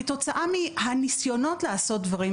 כתוצאה מהניסיונות לעשות דברים,